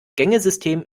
gängesystem